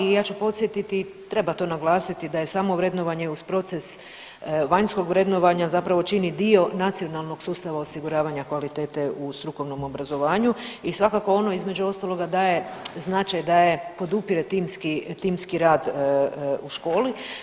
I ja ću podsjetiti treba to naglasiti da je samovrednovanje uz proces vanjskog vrednovanja zapravo čini dio nacionalnog sustava osiguravanja kvalitete u strukovnom obrazovanju i svakako ono između ostaloga daje značaj, daje podupire timski rad u školi.